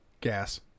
Gas